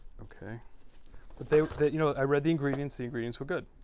okay but they you know i read the ingredients the ingredients were good.